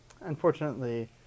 unfortunately